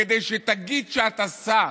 כדי שתגיד שאתה שר?